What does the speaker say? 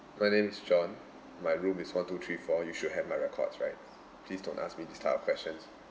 my name is john my room is one two three four you should have my record right please don't ask me this type of question